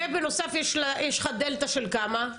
ובנוסף יש לך דלתא של כמה?